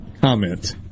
comment